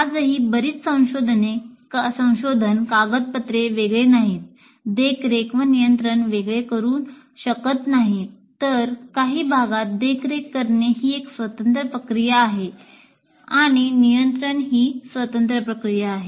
आजही बरीच संशोधन कागदपत्रे वेगळे नाहीत देखरेख व नियंत्रण वेगळे करू शकत नाहीत तर काही भागांत देखरेख करणे ही एक स्वतंत्र प्रक्रिया आहे आणि नियंत्रण ही स्वतंत्र प्रक्रिया आहे